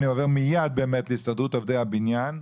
אני באמת עובר מיד להסתדרות עובדי הבניין.